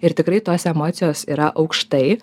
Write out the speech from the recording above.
ir tikrai tos emocijos yra aukštai